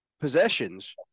possessions